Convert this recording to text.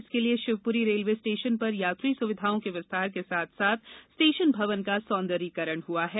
इसके लिये Shivpuri railway station पर यात्री सुविधाओं के विस्तार के साथ साथ स्टेशन भवन का सौंदर्यीकरण हुआ है